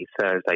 Thursday